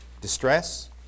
distress